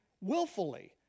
willfully